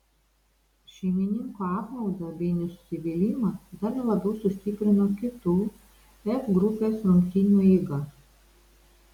šeimininkų apmaudą bei nusivylimą dar labiau sustiprino kitų f grupės rungtynių eiga